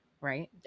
right